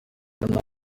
ahura